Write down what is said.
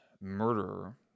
murderer